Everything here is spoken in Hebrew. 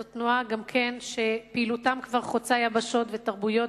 זו תנועה שפעילותה חוצה יבשות ותרבויות,